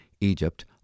Egypt